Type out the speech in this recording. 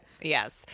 Yes